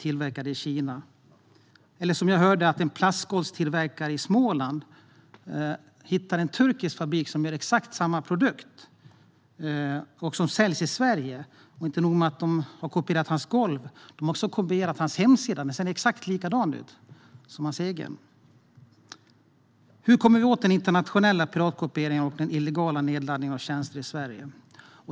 Jag har också hört att en plastgolvstillverkare i Småland hittat en turkisk fabrik som gör exakt samma produkt, som också säljs i Sverige. Och inte nog med att de har kopierat hans golv - de har också kopierat hans hemsida. Den ser exakt likadan ut som hans egen. Hur kommer vi åt den internationella piratkopieringen och den illegala nedladdningen av tjänster i Sverige?